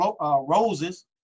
roses